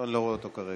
אני לא רואה אותו כרגע.